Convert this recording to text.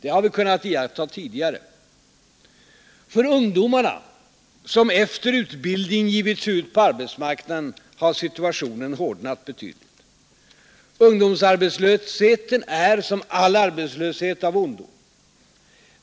Det har vi kunnat iaktta tidigare. För ungdomarna som efter utbildningen givit sig ut på arbetsmarknaden har situationen hårdnat betydligt. Ungdomsarbetslösheten är som all arbetslöshet av ondo.